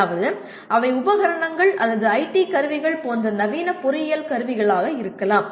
அதாவது அவை உபகரணங்கள் அல்லது ஐடி கருவிகள் போன்ற நவீன பொறியியல் கருவிகளாக இருக்கலாம்